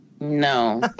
No